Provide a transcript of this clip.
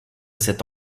cet